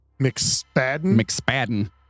McSpadden